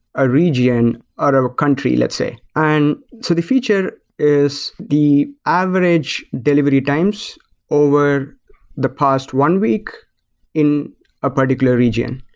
a region, or a country let's say. and so the feature is the average delivery times over the past one week in a particular region.